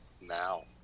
now